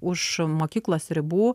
už mokyklos ribų